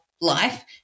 life